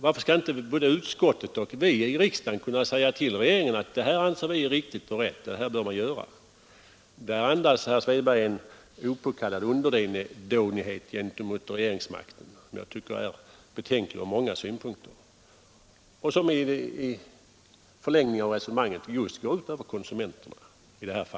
Varför skall vi i riksdagen inte kunna säga till regeringen att det och det anser vi det vara riktigt att göra? Herr Svedberg andas här en opåkallad underdånighet gentemot regeringsmakten som jag tycker är betänklig ur många synpunkter och som i förlängningen av resonemanget i detta fall går ut över konsumenterna.